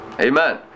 Amen